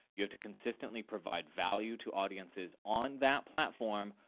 you have to consistently provide value to audiences, on that platform,